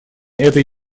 этой